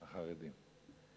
החרדים.